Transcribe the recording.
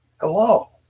hello